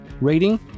rating